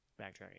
backtracking